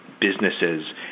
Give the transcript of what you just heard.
businesses